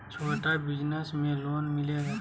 छोटा बिजनस में लोन मिलेगा?